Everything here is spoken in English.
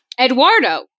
Eduardo